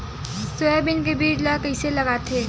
Soybean के बीज ल कइसे लगाथे?